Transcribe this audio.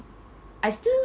I still